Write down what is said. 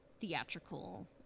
theatrical